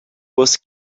was